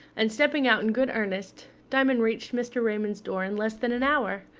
and stepping out in good earnest, diamond reached mr. raymond's door in less than an hour.